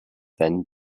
than